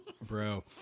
Bro